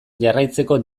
jarraitzeko